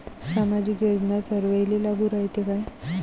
सामाजिक योजना सर्वाईले लागू रायते काय?